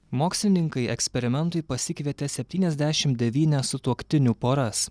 mokslininkai eksperimentui pasikvietė septyniasdešim devynias sutuoktinių poras